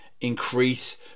increase